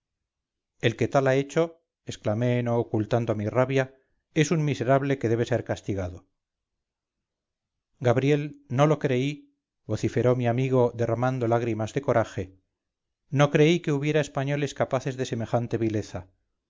el que tal ha hecho exclamé no ocultando mi rabia es un miserable que debe ser castigado gabriel no lo creí vociferó mi amigo derramando lágrimas de coraje no creí que hubiera españoles capaces de semejante vileza